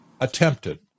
attempted